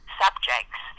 subjects